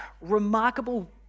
remarkable